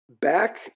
Back